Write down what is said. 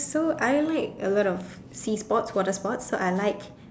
so I like a lot of sea sport water sports so I like